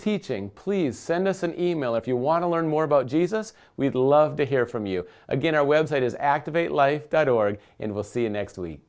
teaching please send us an e mail if you want to learn more about jesus we'd love to hear from you again our website is active a life that you are and we'll see you next week